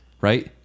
right